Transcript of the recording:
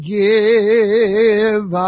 give